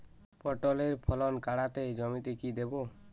পটলের ফলন কাড়াতে জমিতে কি দেবো?